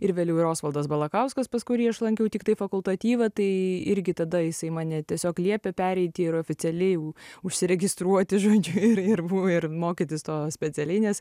ir veliau osvaldas balakauskas pas kurį aš lankiau tiktai fakultatyvą tai irgi tada jisai mane tiesiog liepė pereiti ir oficialiai užsiregistruoti žodžiu ir ir bu ir mokytis to specialiai nes